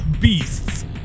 beasts